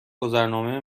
گذرنامه